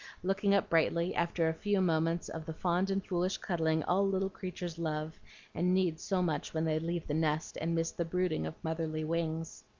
looking up brightly, after a few moments of the fond and foolish cuddling all little creatures love and need so much when they leave the nest, and miss the brooding of motherly wings.